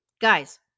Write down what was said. Guys